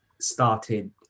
started